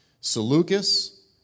Seleucus